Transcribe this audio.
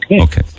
Okay